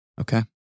Okay